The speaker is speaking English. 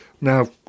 now